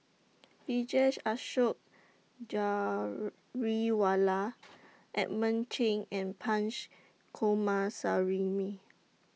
Vijesh Ashok Ghariwala Edmund Cheng and Punch Coomaraswamy